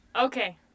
Okay